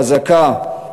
חזקה,